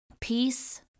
peace